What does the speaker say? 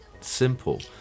simple